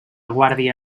guàrdia